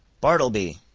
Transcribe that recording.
bartleby!